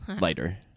lighter